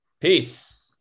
Peace